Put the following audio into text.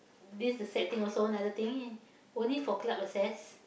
this is sad thing also another thing only for club access